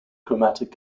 chromatic